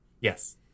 Yes